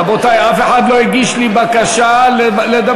רבותי, אף אחד לא הגיש לי בקשה לדבר.